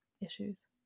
issues